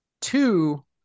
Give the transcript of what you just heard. two